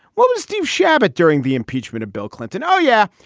what does steve chabot. during the impeachment of bill clinton? oh, yeah,